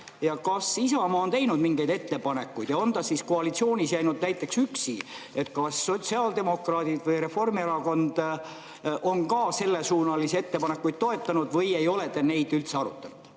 Kas Isamaa on teinud mingeid ettepanekuid ja on ta siis koalitsioonis näiteks üksi jäänud? Kas sotsiaaldemokraadid või Reformierakond on ka sellesuunalisi ettepanekuid toetanud? Või ei ole te neid üldse arutanud?